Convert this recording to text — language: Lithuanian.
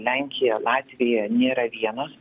lenkija latvija nėra vienos